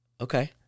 Okay